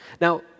Now